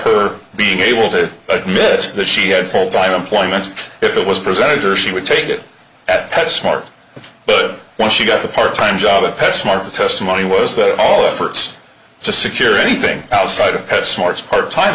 her being able to admit that she had full time employment if it was presented or she would take it at pet smart but when she got a part time job a pet smart the testimony was that all efforts to secure anything outside of pet smart's part time